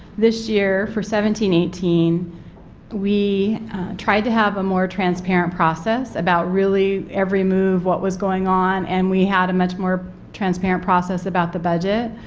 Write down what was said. this year for seventeen eighteen we tried to have a more transparent process about really every move, what was going on, and we had a much more transparent process about the budget.